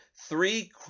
three